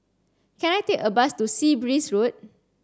can I take a bus to Sea Breeze Road